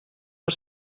per